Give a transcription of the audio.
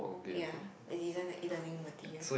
ya they design the e-learning materials